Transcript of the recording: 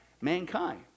mankind